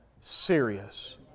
serious